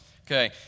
Okay